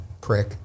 prick